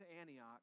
Antioch